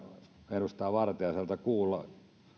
edustaja vartiaiselta kuulla